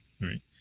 right